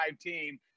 team